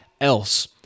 else